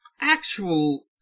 actual